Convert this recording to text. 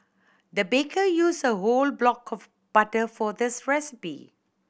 the baker used a whole block of butter for this recipe